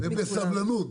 ובסבלנות.